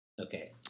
Okay